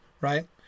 right